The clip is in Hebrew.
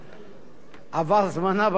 ויכול להיות שכל הנתונים גם לא נכונים,